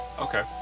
Okay